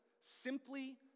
simply